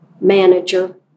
manager